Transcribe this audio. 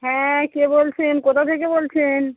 হ্যাঁ কে বলছেন কোথা থেকে বলছেন